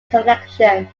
connection